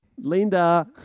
Linda